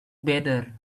better